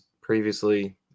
previously